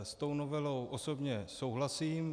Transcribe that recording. S tou novelou osobně souhlasím.